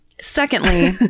Secondly